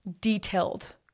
detailed